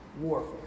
warfare